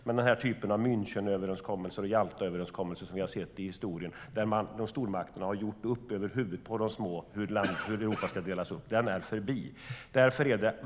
Den typ av Münchenöverenskommelser och Jaltaöverenskommelser som vi har sett i historien, där stormakterna har gjort upp över huvudet på de små nationerna hur Europa ska delas upp, är förbi.